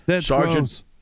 sergeant